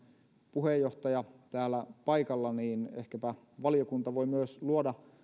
puheenjohtaja täällä paikalla niin ehkäpä valiokunta voi myös luoda